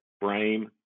Frame